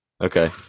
Okay